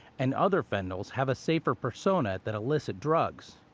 and other fentanyls have a safer persona than illicit drugs.